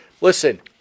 Listen